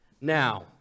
Now